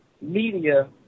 media